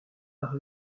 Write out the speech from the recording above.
par